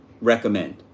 recommend